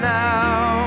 now